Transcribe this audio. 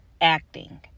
acting